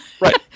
right